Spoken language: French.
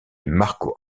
marco